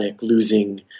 losing